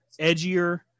edgier